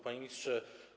Panie Ministrze!